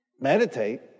Meditate